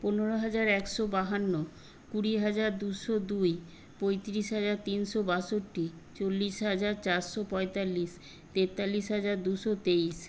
পনেরো হাজার একশো বাহান্ন কুড়ি হাজার দুশো দুই পঁয়তিরিশ হাজার তিনশো বাষট্টি চল্লিশ হাজার চারশো পঁয়তাল্লিশ তেতাল্লিশ হাজার দুশো তেইশ